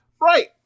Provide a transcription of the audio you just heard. Right